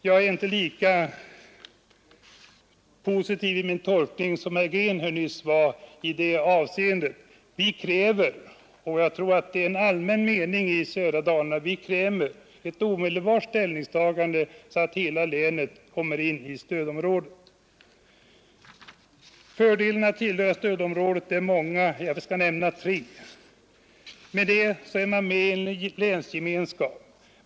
Jag är inte lika positiv i min tolkning som herr Green nyss var i det avseendet. Vi kräver — och jag tror det är en allmän mening i södra Dalarna — ett omedelbart ställningstagande så att hela länet kommer in i stödområdet. Fördelarna att tillhöra stödområdet är många. Jag skall nämna tre. För det första är man med i en länsgemenskap.